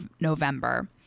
November